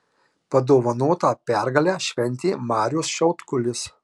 padovanotą pergalę šventė marius šiaudkulis